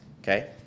okay